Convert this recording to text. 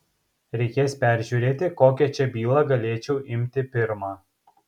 reikės peržiūrėti kokią čia bylą galėčiau imti pirmą